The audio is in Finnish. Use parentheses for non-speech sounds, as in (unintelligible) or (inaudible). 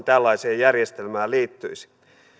(unintelligible) tällaiseen järjestelmään liittyisi